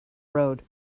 road